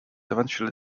eventually